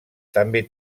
també